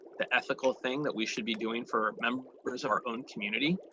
the ethical thing that we should be doing for members of our own community,